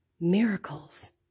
miracles